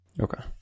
okay